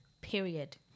Period